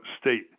state